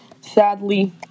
Sadly